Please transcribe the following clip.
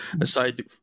aside